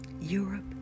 Europe